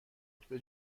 قطب